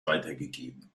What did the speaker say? weitergegeben